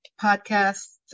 podcast